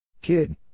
Kid